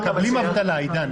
הם מקבלים אבטלה, עידן.